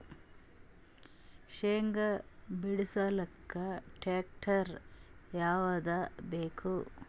ಶೇಂಗಾ ಬಿಡಸಲಕ್ಕ ಟ್ಟ್ರ್ಯಾಕ್ಟರ್ ಯಾವದ ಬೇಕು?